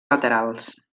laterals